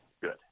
good